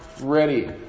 ready